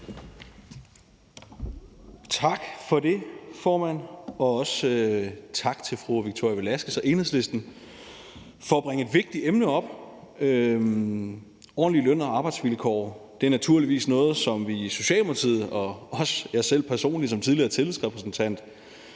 Tak for det, formand, og også tak til fru Victoria Velasquez og Enhedslisten for at bringe et vigtigt emne op. Ordentlige løn- og arbejdsvilkår er naturligvis noget, som vi i Socialdemokratiet og som jeg som tidligere tillidsrepræsentant